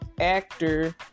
actor